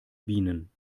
bienen